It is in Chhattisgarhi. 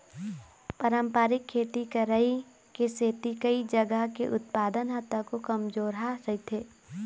पारंपरिक खेती करई के सेती कइ जघा के उत्पादन ह तको कमजोरहा रहिथे